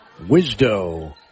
Wisdo